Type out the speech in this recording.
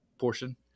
portion